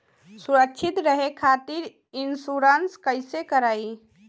सुरक्षित रहे खातीर इन्शुरन्स कईसे करायी?